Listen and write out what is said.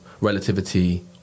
relativity